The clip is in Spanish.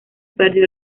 perdió